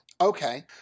Okay